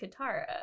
Katara